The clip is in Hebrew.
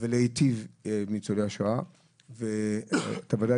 ולהיטיב עם ניצולי השואה ואתה בוודאי